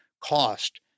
cost